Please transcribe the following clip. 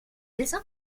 eso